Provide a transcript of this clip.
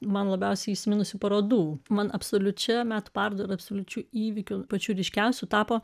man labiausiai įsiminusių parodų man absoliučia metų paroda ir absoliučiu įvykiu pačiu ryškiausiu tapo